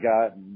got –